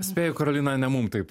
spėju karolina ne mum taip